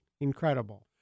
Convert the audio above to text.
Incredible